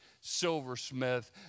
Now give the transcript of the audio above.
silversmith